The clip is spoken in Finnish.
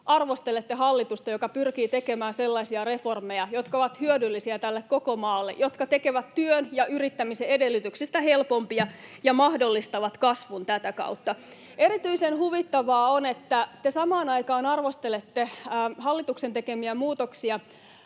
arvostelette hallitusta, joka pyrkii tekemään sellaisia reformeja, jotka ovat hyödyllisiä tälle koko maalle ja jotka tekevät työn ja yrittämisen edellytyksistä helpompia ja mahdollistavat kasvun tätä kautta. Erityisen huvittavaa on, että te samaan aikaan arvostelette hallituksen tekemiä muutoksia